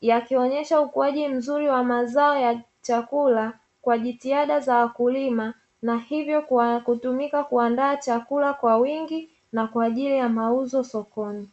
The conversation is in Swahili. yakionyesha ukuaji mzuri wa mazao ya chakula kwa jitihada za wakulima na hivyo kutumika kuandaa mazao kwa wingi na kwa ajili ya mauzo sokoni.